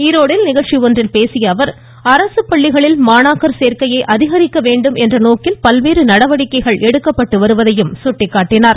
ஈரோட்டில் நிகழ்ச்சி ஒன்றில் பேசியஅவர் அரசு பள்ளிகளில் மாணவர் சேர்க்கையை அதிகரிக்க வேண்டும் என்ற நோக்கில் பல்வேறு நடவடிக்கைகள் எடுக்கப்பட்டு வருவதாகவும் கூறினார்